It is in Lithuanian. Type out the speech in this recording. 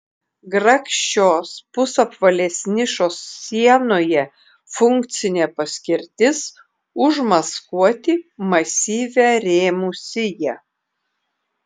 grakščios pusapvalės nišos sienoje funkcinė paskirtis užmaskuoti masyvią rėmų siją